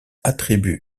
attribue